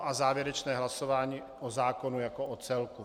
A závěrečné hlasování o zákonu jako o celku.